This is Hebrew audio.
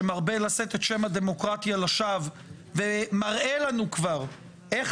שמרבה לשאת את שם הדמוקרטיה לשווא ומראה לנו כבר איך